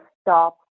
stop